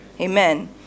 Amen